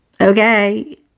Okay